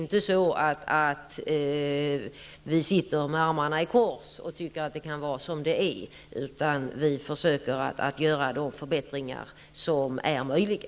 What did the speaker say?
Vi sitter inte med armarna i kors och tycker att det kan vara som det är. Vi försöker göra de förbättringar som är möjliga.